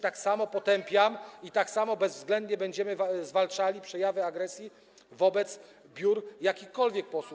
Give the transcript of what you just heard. Tak samo to potępiam i tak samo bezwzględnie będziemy zwalczali przejawy agresji wobec biur jakichkolwiek posłów.